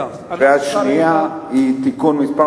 והשנייה היא תיקון מס'